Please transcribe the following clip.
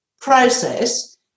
process